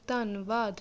ਧੰਨਵਾਦ